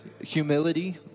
humility